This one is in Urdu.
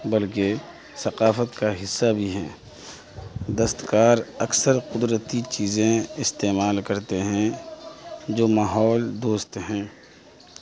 بلکہ ثقافت کا حصہ بھی ہے دستکار اکثر قدرتی چیزیں استعمال کرتے ہیں جو ماحول دوست ہیں